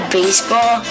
baseball